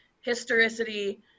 historicity